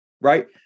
Right